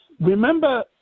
remember